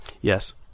Yes